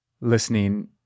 listening